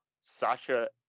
sasha